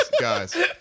guys